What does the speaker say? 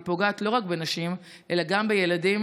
היא פוגעת לא רק בנשים אלא גם בילדים,